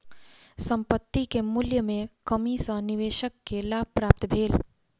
संपत्ति के मूल्य में कमी सॅ निवेशक के लाभ प्राप्त भेल